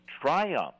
triumph